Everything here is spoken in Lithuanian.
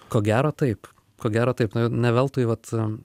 ko gero taip ko gero taip na ne veltui vat